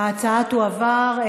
ההצעה תועבר.